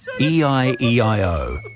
E-I-E-I-O